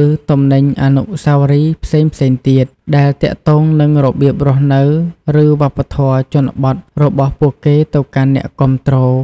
ឬ ទំនិញអនុស្សាវរីយ៍ផ្សេងៗទៀត ដែលទាក់ទងនឹងរបៀបរស់នៅ ឬវប្បធម៌ជនបទរបស់ពួកគេទៅកាន់អ្នកគាំទ្រ។